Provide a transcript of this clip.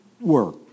work